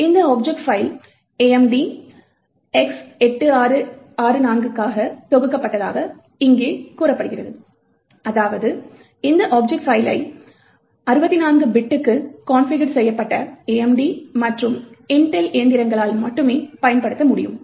இந்த object file AMD X86 64 க்காக தொகுக்கப்பட்டதாக இங்கே கூறப்படுகிறது அதாவது இந்த ஆப்ஜெக்ட் பைல்லை 64 பிட்டுக்கு கான்பிகர்டு செய்யப்பட்ட AMD மற்றும் இன்டெல் இயந்திரங்களால் மட்டுமே பயன்படுத்த முடியும்